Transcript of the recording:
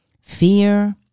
fear